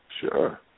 sure